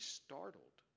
startled